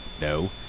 no